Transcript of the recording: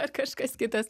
ar kažkas kitas